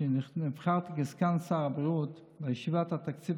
כשנבחרתי לסגן שר הבריאות בישיבת התקציב